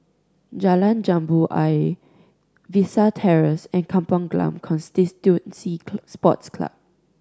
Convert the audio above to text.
Jalan Jambu Ayer Vista Terrace and Kampong Glam Constituency Sports Club